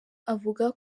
avuga